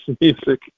music